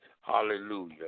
Hallelujah